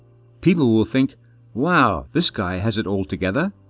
people will think wow, this guy has it all together